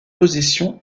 position